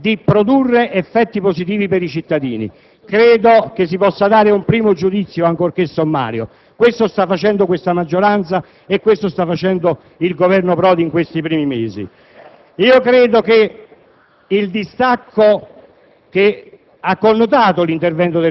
liberale che metta la libera concorrenza in condizioni di produrre effetti positivi per i cittadini. Credo che si possa esprimere un primo giudizio, ancorché sommario. Questo sta facendo la maggioranza e questo sta facendo il Governo Prodi in questi primi mesi.